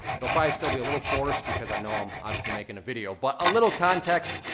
it'll probably still be a little forced because i know i'm obviously making a video, but a little context,